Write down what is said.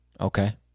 Okay